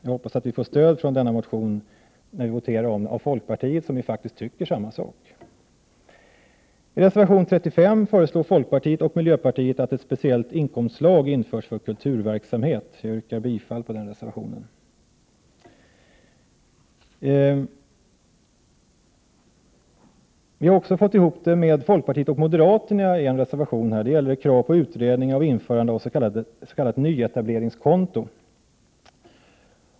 Jag hoppas vi får stöd av folkpartiet vid voteringen, eftersom folkpartiet faktiskt har samma inställning. I reservation 35 föreslår folkpartiet och miljöpartiet att ett särskilt inkomstslag införs för kulturverksamhet. Jag yrkar bifall till den reservationen. Miljöpartiet har gått samman med folkpartiet och moderata samlingspartiet om reservation 36 som gäller krav på utredning om införande av s.k. nyetableringskonto.